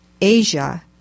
Asia